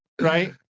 Right